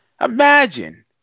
imagine